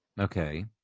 Okay